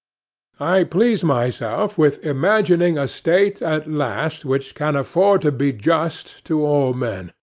i please myself with imagining a state at last which can afford to be just to all men,